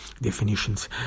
definitions